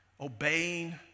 obeying